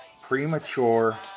premature